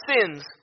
sins